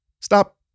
stop